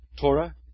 Torah